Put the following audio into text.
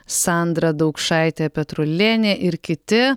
sandra daukšaitė petrulienė ir kiti